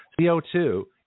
CO2